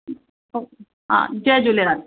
हा जय झूलेलाल